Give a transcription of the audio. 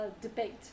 debate